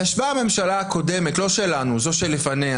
ישבה הממשלה הקודמת לא שלנו, זו שלפניה